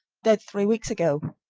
dead three weeks ago.